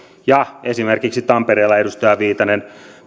esimerkiksi tampereella edustaja viitanen